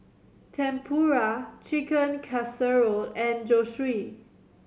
Tempura Chicken Casserole and Zosui